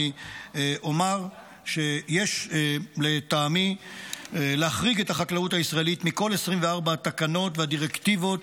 אני אומר שיש לטעמי להחריג את החקלאות הישראלית מכל 24 התקנות והדירקטיבות